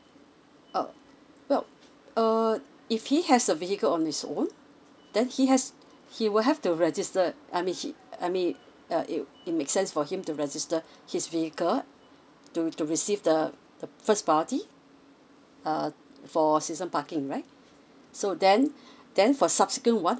uh well uh if he has a vehicle on his own then he has he will have to register I mean he I mean uh it it makes sense for him to register his vehicle to to receive the the first priority uh for season parking right so then then for subsequent one